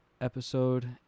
episode